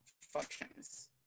functions